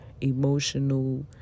emotional